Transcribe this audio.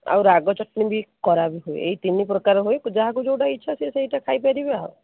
ଆଉ ରାଗ ଚଟଣୀ ବି କରା ବି ହୁଏ ଏଇ ତିନି ପ୍ରକାର ହୁଏ ଯାହାକୁ ଯୋଉଟା ଇଚ୍ଛା ସିଏ ସେଇଟା ଖାଇ ପାରିବେ ଆଉ